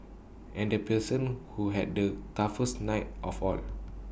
and the person who had the toughest night of all